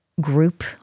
group